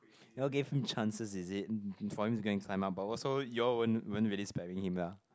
you all gave him chances is it for him to go and climb up but also you all weren't weren't really stabbing him lah